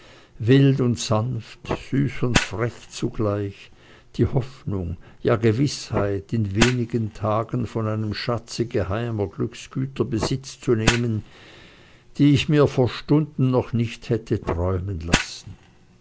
wild und sanft süß und frech zugleich die hoffnung ja gewißheit in wenigen tagen von einem schatze geheimer glücksgüter besitz zu nehmen die ich mir vor stunden noch nicht hätte träumen lassen